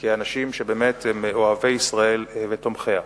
כאנשים שבאמת הם אוהבי ישראל ותומכיה.